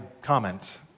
comment